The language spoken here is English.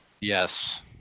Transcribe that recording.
Yes